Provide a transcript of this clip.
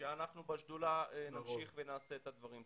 אנחנו בשדולה נמשיך ונעשה את הדברים.